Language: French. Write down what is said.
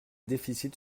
déficits